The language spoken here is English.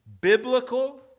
biblical